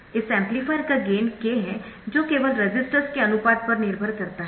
इस एम्पलीफायर का gain k है जो केवल रेसिस्टर्स के अनुपात पर निर्भर करता है